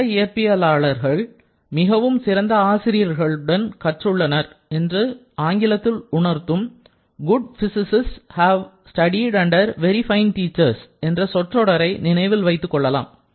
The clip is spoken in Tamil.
நல்ல இயற்பியலாளர்கள் மிகவும் சிறந்த ஆசிரியர்களிடம் கற்றுள்ளனர் என்று ஆங்கிலத்தில் உணர்த்தும் good physicists have studied under very fine teachers என்ற சொற்றொடரை நினைவில் வைத்துக் கொள்ளலாம்